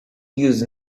used